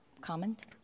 comment